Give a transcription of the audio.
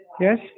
yes